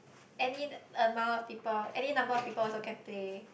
any amount of people any number of people also can play